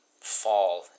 fall